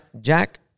Jack